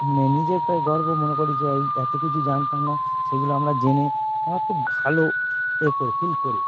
মানে নিজেকে গর্ব মনে করি যে এই এত কিছু জানতাম না সেগুলো আমরা জেনে আমরা খুব ভালো এ করি ফিল করি